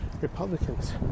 Republicans